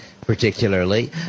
particularly